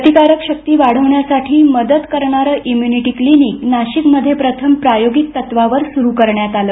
प्रतिकारक शक्ती वाढवण्यासाठी मदत करणारं इम्युनिटी क्लिनिक नाशिकमध्ये प्रथम प्रायोगिक तत्त्वावर सुरू करण्यात आलं